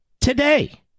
Today